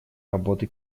работы